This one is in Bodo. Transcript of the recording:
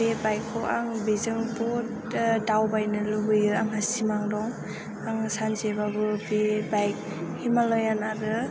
बे बाइकखौ आं बेजों बहुद दावबायनो लुबैयो आंहा सिमां दं सानसेबाबो बे बाइक हिमालयान आरो